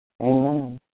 Amen